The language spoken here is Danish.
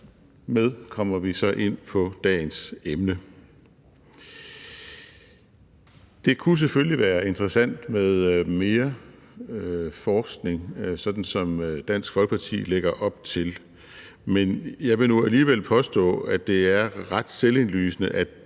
dermed kommer vi så ind på dagens emne. Det kunne selvfølgelig være interessant med mere forskning, sådan som Dansk Folkeparti lægger op til, men jeg vil nu alligevel påstå, at det er ret selvindlysende,